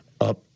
up